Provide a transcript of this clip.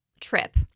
trip